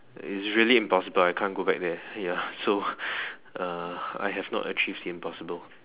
is really impossible I can't go back there ya so uh I have not achieved the impossible